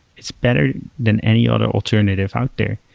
it's better than any other alternative out there.